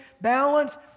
balance